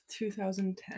2010